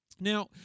Now